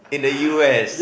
in the U_S